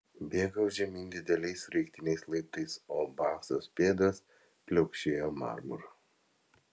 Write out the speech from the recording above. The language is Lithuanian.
bėgau žemyn dideliais sraigtiniais laiptais o basos pėdos pliaukšėjo marmuru